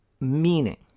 meaning